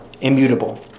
immutable